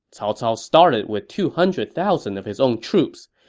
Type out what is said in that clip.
cao cao started with two hundred thousand of his own troops.